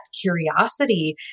curiosity